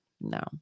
no